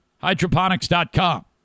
Hydroponics.com